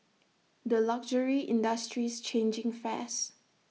the luxury industry's changing fast